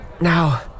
Now